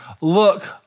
look